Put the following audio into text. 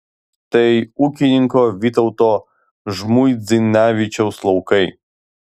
tai ūkininko vytauto žmuidzinavičiaus laukai